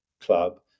club